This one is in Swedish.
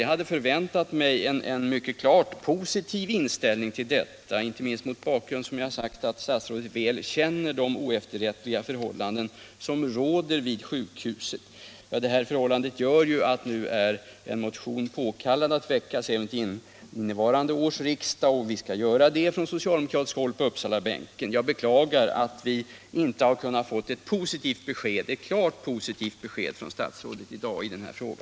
Jag hade förväntat mig en klart positiv inställning, inte minst med tanke på att statsrådet väl känner de oefterättliga förhållandena vid sjukhuset. Dessa förhållanden gör att det är av behovet påkallat att väcka en motion även till innevarande års riksdag, och vi skall göra det från socialdemokratiskt håll på Uppsalabänken. Jag beklagar att vi inte kunnat få ett klart positivt besked från statsrådet i dag i denna fråga.